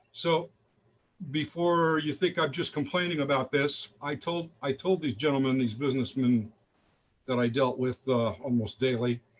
so before you think i'm just complaining about this, i told i told these gentlemen, these businessmen that i dealt with almost daily